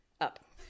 up